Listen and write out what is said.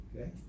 Okay